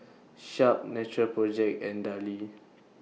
Sharp Natural Project and Darlie